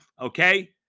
okay